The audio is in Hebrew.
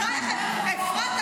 כל מיני דעות, רעיונות.